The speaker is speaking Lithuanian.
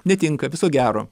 netinka viso gero